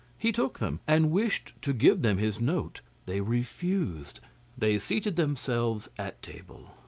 he took them, and wished to give them his note they refused they seated themselves at table.